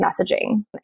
messaging